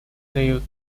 дают